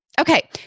Okay